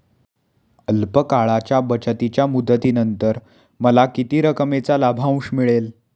अल्प काळाच्या बचतीच्या मुदतीनंतर मला किती रकमेचा लाभांश मिळेल?